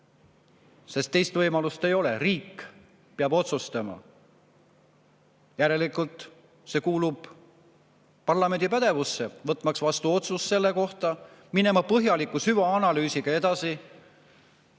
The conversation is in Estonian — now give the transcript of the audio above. sest teist võimalust ei ole. Riik peab otsustama. Järelikult kuulub see parlamendi pädevusse: võtta vastu otsus selle kohta, minna põhjaliku süvaanalüüsiga edasi,